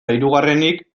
hirugarrenik